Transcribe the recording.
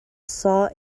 saw